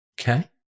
Okay